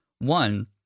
One